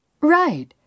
Right